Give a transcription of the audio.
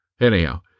Anyhow